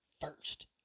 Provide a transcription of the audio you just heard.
first